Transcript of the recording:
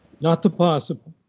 not the possible.